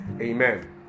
amen